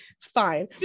fine